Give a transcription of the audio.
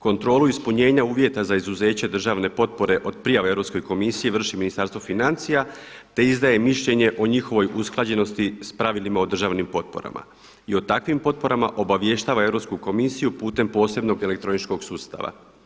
Kontrolu ispunjenja uvjeta za izuzeće državne potpore od prijave Europskoj komisiji vrši Ministarstvo financija, te izdaje mišljenje o njihovoj usklađenosti sa pravilima o državnim potporama i o takvim potporama obavještava Europsku komisiju putem posebnog elektroničkog sustava.